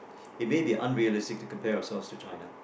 it may be unrealistic to compare ourselves to China